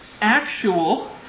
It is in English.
actual